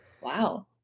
Wow